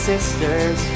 Sisters